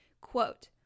Quote